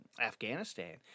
Afghanistan